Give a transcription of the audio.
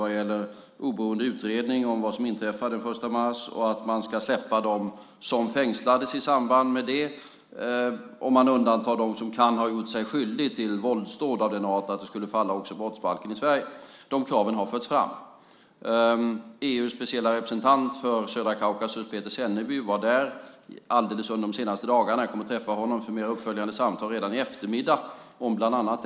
Det gäller oberoende utredning om vad som inträffade den 1 mars och att man ska släppa dem som fängslades i samband med det om man undantar dem som kan ha gjort sig skyldiga till våldsdåd av sådan art att de skulle falla under brottsbalken också i Sverige. De kraven har förts fram. EU:s specielle representant för södra Kaukasus, Peter Semneby, har varit där under de allra senaste dagarna. Jag kommer att träffa honom för uppföljande samtal om bland annat detta redan i eftermiddag.